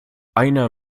einer